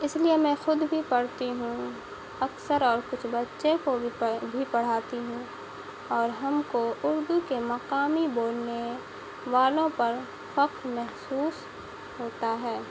اس لیے میں خود بھی پڑھتی ہوں اکثر اور کچھ بچے کو بھی بھی پڑھاتی ہوں اور ہم کو اردو کے مقامی بولنے والوں پر فخر محسوس ہوتا ہے